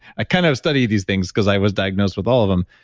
i kind of study these things because i was diagnosed with all of them,